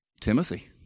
Timothy